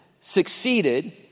succeeded